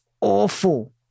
awful